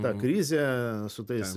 ta krizė su tais